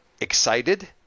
excited